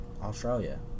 Australia